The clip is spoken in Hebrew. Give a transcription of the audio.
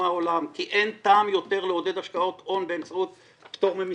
מהעולם כי אין טעם יותר לעודד השקעות הון באמצעות פטור ממסים.